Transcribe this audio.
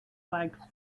like